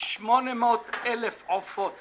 800,000 עופות